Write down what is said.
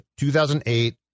2008